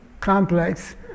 complex